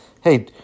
hey